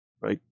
right